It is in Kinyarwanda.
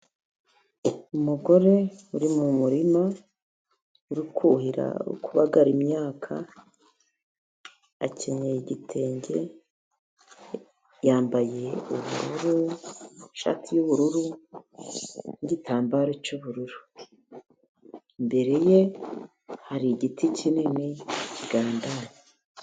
Umugore uri mu murima urukuhira ,kubagara imyaka akenyeye igitenge ,yambaye ubururu ,ishati y'ubururu, n'igitambaro cy'ubururu ,imbere ye hari igiti kinini kigandaye.